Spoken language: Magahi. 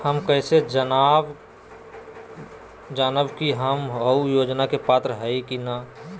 हम कैसे जानब की हम ऊ योजना के पात्र हई की न?